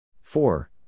Four